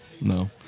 no